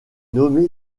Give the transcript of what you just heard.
nommé